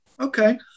Okay